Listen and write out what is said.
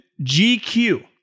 GQ